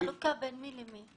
חלוקה בין מי למי?